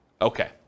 Okay